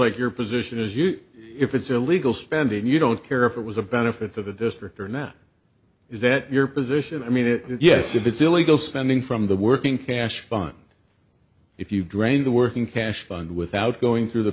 like your position is you if it's illegal spending you don't care if it was a benefit to the district or not is that your position i mean yes if it's illegal spending from the working cash fine if you drain the working cash fund without going through the